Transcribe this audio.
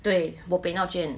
对 bopian 要捐